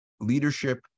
leadership